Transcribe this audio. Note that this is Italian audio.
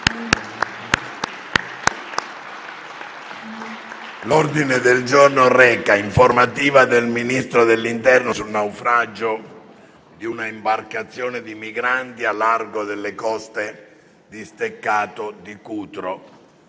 L'ordine del giorno reca: «Informativa del Ministro dell'interno sul naufragio di una imbarcazione di migranti al largo delle coste di Steccato di Cutro».